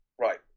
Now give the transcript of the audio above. Right